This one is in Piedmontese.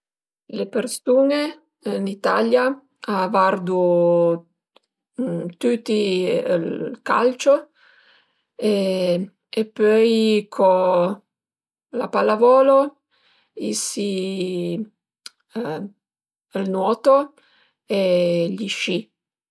Le persun-e ën Italia a vardu tüti ël calcio e pöi co la pallavolo, si ël nuoto e gli sci